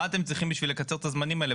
מה אתם צריכים כדי לקצר את הזמנים האלה?